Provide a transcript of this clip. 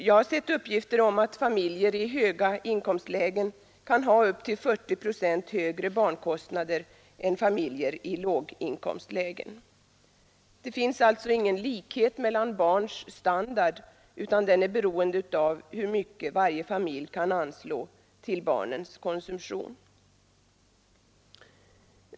Jag har sett uppgifter om att familjer i höga inkomstlägen kan ha upp till 40 procent högre barnkostnader än familjer i låginkomstlägen. Det finns alltså ingen likhet mellan barns standard, utan den är beroende av hur mycket varje familj kan anslå till barnens konsumtion.